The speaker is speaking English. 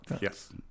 Yes